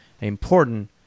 important